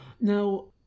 Now